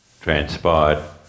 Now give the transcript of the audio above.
transpired